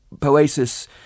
poesis